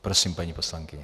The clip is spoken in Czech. Prosím, paní poslankyně.